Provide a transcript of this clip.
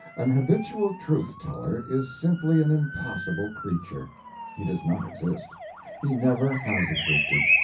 an habitual truth-teller is simply an impossible creature he does not exist he never has existed.